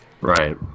Right